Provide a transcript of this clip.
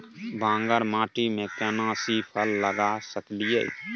बांगर माटी में केना सी फल लगा सकलिए?